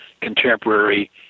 contemporary